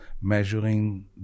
measuring